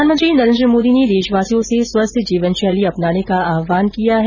प्रधानमंत्री नरेन्द्र मोदी ने देशवासियों से स्वस्थ्य जीवन शैली अपनाने का आहवान किया है